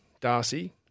Darcy